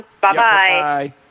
Bye-bye